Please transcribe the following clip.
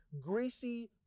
greasy